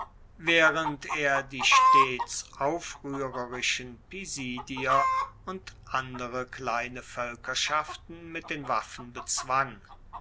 waehrend er die stets aufruehrerischen pisidier und andere kleine voelkerschaften mit den waffen bezwang